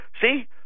see